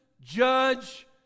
judge